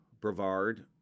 Brevard